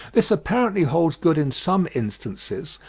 this apparently holds good in some instances,